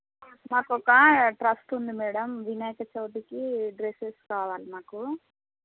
మాకొక ట్రస్ట్ ఉంది మేడం వినాయక చవితికి డ్రెస్సెస్ కావాలి మాకు